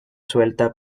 suelta